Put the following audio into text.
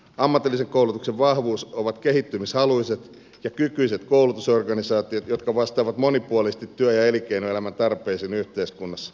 ammatillisen koulutuksen vahvuus ovat kehittymishaluiset ja kykyiset koulutusorganisaatiot jotka vastaavat monipuolisesti työ ja elinkeinoelämän tarpeisiin yhteiskunnassa